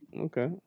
Okay